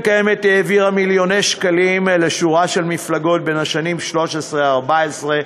קיימת העבירה מיליוני שקלים לשורה של מפלגות בשנים 2013 2014,